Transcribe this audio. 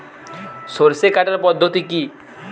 সরষে কাটার পদ্ধতি কি?